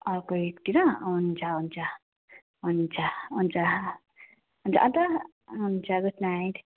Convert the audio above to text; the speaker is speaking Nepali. अर्को विकतिर हुन्छ हुन्छ हुन्छ हुन्छ अन्त अन्त हुन्छ गुड नाइट